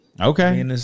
Okay